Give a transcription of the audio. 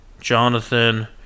Jonathan